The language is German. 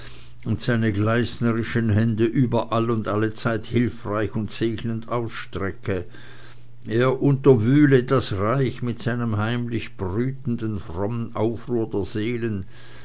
und seine gleisnerischen hände überall und allezeit hilfreich und segnend ausstrecke er unterwühle das reich mit einem heimlich brütenden frommen aufruhr der seelen